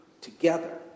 together